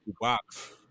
box